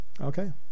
Okay